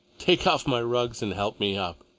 take off my rugs and help me up.